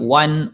one